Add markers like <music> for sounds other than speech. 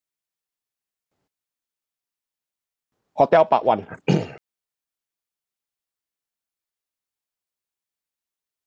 hotel part one <coughs>